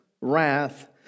wrath